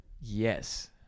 yes